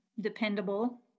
dependable